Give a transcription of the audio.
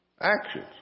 actions